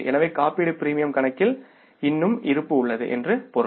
எனவே காப்பீட்டு பிரீமியம் கணக்கில் இன்னும் இருப்பு உள்ளது என்று பொருள்